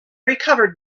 recovered